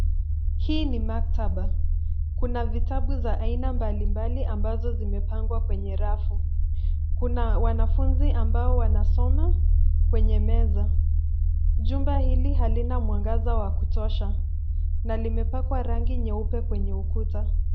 Hii ni maktaba. Kuna vitabu za aina mbalimbali ambazo zimepangwa kwenye rafu. Kuna wanafuzi ambao wanasoma kwenye meza. Jumba hili halina mwangaza wa kutosha na limepakwa rangi nyeupe kwenye ukuta.